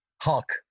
Hawk